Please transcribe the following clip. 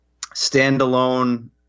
standalone